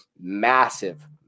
massive